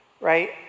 right